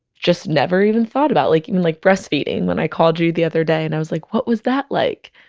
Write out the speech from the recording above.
just never even thought about, like even like breastfeeding when i called you the other day and i was like what was that like.